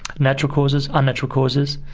natural causes. unnatural causes.